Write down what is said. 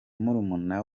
murumuna